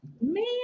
Man